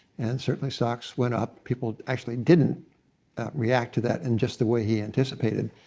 and certainly, stocks went up. people actually didn't react to that in just the way he anticipated.